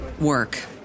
work